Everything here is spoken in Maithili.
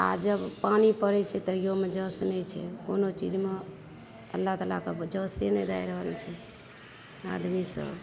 आ जब पानि पड़ैत छै तहियौमे जस नहि छै कोनो ची मे अल्ला ताला जसे नहि दै रहल छै आदमी सब